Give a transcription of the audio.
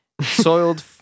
Soiled